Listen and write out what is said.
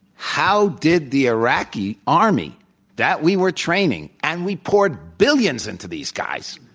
how did the iraqi army that we were training, and we poured billions into these guys,